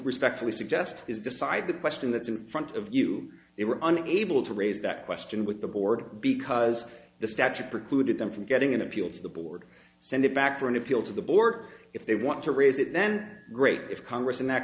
respectfully suggest is decide the question that's in front of you they were unable to raise that question with the board because the statute precluded them from getting an appeal to the board send it back for an appeal to the bork if they want to raise it then great if congress enact